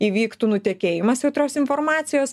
įvyktų nutekėjimas jautrios informacijos